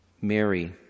Mary